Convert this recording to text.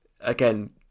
again